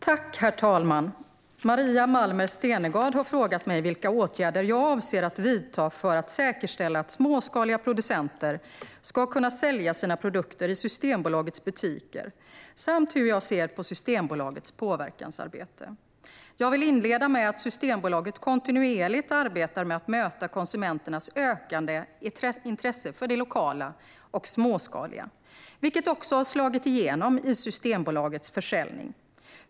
Herr talman! Maria Malmer Stenergard har frågat mig vilka åtgärder jag avser att vidta för att säkerställa att småskaliga producenter ska kunna sälja sina produkter i Systembolagets butiker samt hur jag ser på Systembolagets påverkansarbete. Jag vill inleda med att Systembolaget kontinuerligt arbetar med att möta konsumenternas ökade intresse för det lokala och småskaliga, vilket också slagit igenom i Systembolagets försäljning.